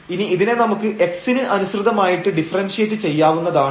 ഇനി ഇതിനെ നമുക്ക് x ന് അനുസൃതമായിട്ട് ഡിഫറെൻഷിയേറ്റ് ചെയ്യാവുന്നതാണ്